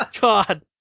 God